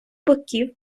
боків